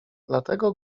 dlatego